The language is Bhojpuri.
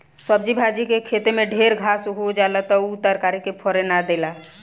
सब्जी भाजी के खेते में ढेर घास होई जाला त उ तरकारी के फरे ना देला